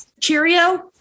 Cheerio